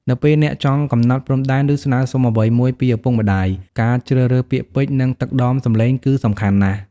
នៅពេលអ្នកចង់កំណត់ព្រំដែន ឬស្នើសុំអ្វីមួយពីឪពុកម្ដាយ ការជ្រើសរើសពាក្យពេចន៍ និងទឹកដមសំឡេងគឺសំខាន់ណាស់។